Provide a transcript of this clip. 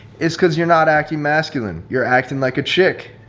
it's because you're not acting masculine. you're acting like a chick,